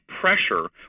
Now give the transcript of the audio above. pressure